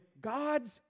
God's